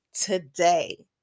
today